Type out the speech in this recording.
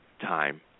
time